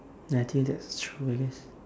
I think that's true I guess